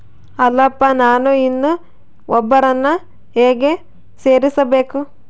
ಅಲ್ಲಪ್ಪ ನಾನು ಇನ್ನೂ ಒಬ್ಬರನ್ನ ಹೇಗೆ ಸೇರಿಸಬೇಕು?